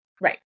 Right